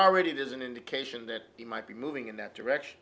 already there's an indication that he might be moving in that direction